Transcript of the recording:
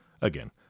Again